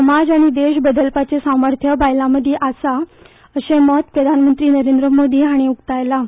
समाज आनी देश बदलपाचें सामर्थ्य बायलांमदी आसा अशें मत प्रधानमंत्री नरेंद्र मोदी हांणी उक्तायलां